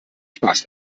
spaß